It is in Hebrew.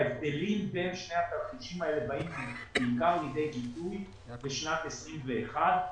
ההבדלים בין שני התרחישים האלה באים בעיקר לידי ביטוי בשנת 2021,